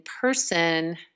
person